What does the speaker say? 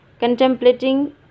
Contemplating